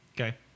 Okay